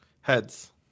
Heads